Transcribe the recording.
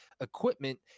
equipment